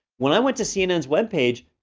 when i went to cnn's web page,